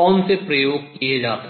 कौन से प्रयोग किए जा सकते हैं